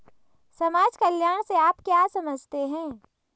समाज कल्याण से आप क्या समझते हैं?